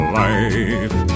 life